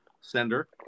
sender